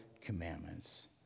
commandments